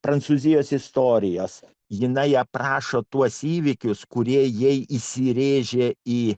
prancūzijos istorijos jinai aprašo tuos įvykius kurie jai įsirėžė į